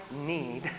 need